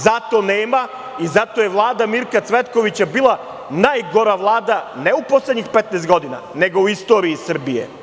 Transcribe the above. Zato nema i zato je Vlada Mirka Cvetkovića bila najgora Vlada, ne u poslednjih 15 godina, nego u istoriji Srbije.